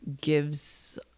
gives